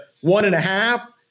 one-and-a-half